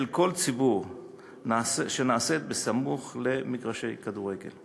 כל ציבור שנעשית בסמוך למגרש כדורגל.